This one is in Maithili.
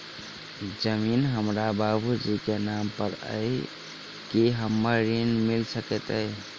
जमीन हमरा बाबूजी केँ नाम पर अई की हमरा ऋण मिल सकैत अई?